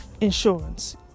insurance